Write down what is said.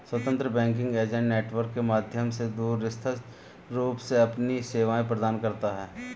स्वतंत्र banking agent network के माध्यम से दूरस्थ रूप से अपनी सेवाएं प्रदान करता है